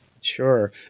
Sure